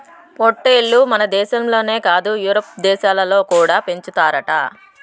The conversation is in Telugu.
పొట్టేల్లు మనదేశంలోనే కాదు యూరోప్ దేశాలలో కూడా పెంచుతారట